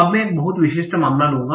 अब मैं एक बहुत विशिष्ट मामला लूँगा